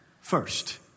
first